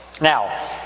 Now